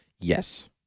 Yes